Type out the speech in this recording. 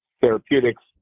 therapeutics